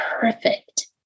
perfect